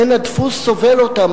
אין הדפוס סובל אותה,